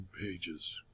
pages